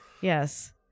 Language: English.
yes